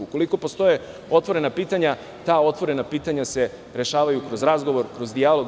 Ukoliko postoje otvorena pitanja, ta otvorena pitanja se rešavaju kroz razgovor, kroz dijalog.